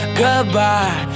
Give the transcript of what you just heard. goodbye